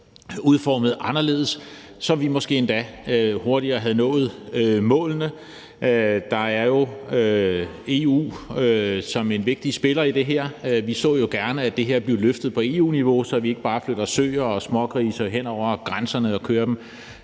udformet anderledes, så vi måske endda hurtigere kunne nå målene. Der er EU jo en vigtig spiller i det her. Vi så gerne, at det her blev løftet op på EU-niveau, så vi ikke bare flytter søer og smågrise hen over grænserne og kører dem